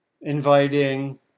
inviting